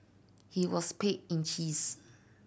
he was paid in cheese